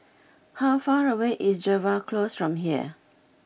how far away is Jervois Close from here